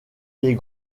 des